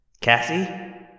Cassie